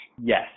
Yes